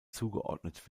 zugeordnet